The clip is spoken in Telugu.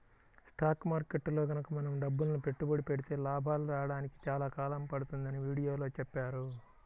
స్టాక్ మార్కెట్టులో గనక మనం డబ్బులని పెట్టుబడి పెడితే లాభాలు రాడానికి చాలా కాలం పడుతుందని వీడియోలో చెప్పారు